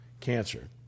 cancer